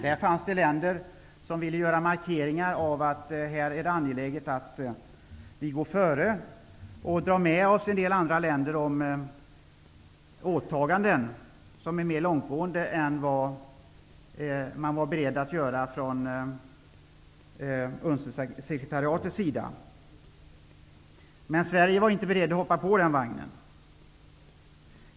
Det fanns länder som ansåg det vara angeläget att ligga före i åtaganden och därmed kunna dra med sig andra länder. Dessa åtaganden var mer långtgående än vad UNCED-sekretariatet var berett att genomföra. Men Sverige var inte berett att hoppa på det tåget.